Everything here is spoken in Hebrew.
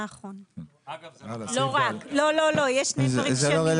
לא רק, יש שני דברים שונים.